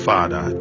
Father